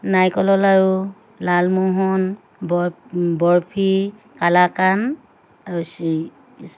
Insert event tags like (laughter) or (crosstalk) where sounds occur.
নাৰিকলৰ লাৰু লালমোহন (unintelligible) বৰফি কলাাকান আৰু (unintelligible)